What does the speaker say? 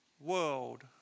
world